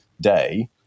day